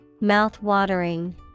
Mouth-watering